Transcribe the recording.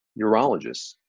urologists